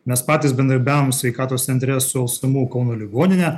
mes patys bendradarbiaujam sveikatos centre su lsmu kauno ligonine